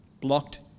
blocked